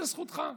זאת זכותך.